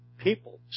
People